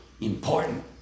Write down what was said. important